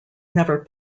never